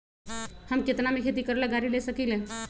हम केतना में खेती करेला गाड़ी ले सकींले?